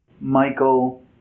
Michael